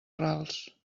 rals